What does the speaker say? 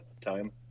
time